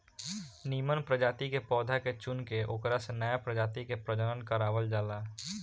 निमन प्रजाति के पौधा के चुनके ओकरा से नया प्रजाति के प्रजनन करवावल जाला